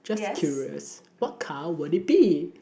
just curious what car will it be